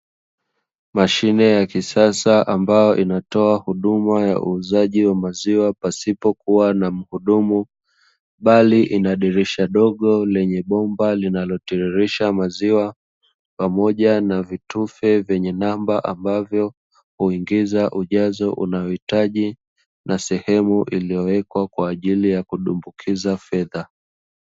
Mashine ya kisasa ambayo inatoa huduma ya uuzaji wa maziwa pasipo kuwa na mhudumu, bali ina dirisha dogo lenye bomba linalotiririsha maziwa, pamoja na vitufe vyenye namba ambavyo huingiza ujazo unaohitaji na sehemu iliyowekwa kwa ajili ya kudumbukiza fedha.